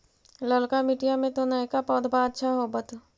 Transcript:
ललका मिटीया मे तो नयका पौधबा अच्छा होबत?